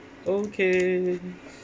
okay